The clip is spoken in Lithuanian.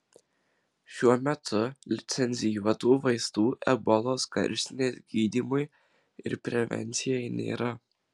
šiuo metu licencijuotų vaistų ebolos karštinės gydymui ir prevencijai nėra